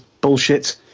bullshit